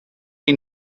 chi